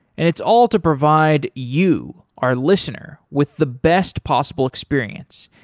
and it's all to provide you our listener with the best possible experience.